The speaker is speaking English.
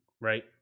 Right